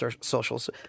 socials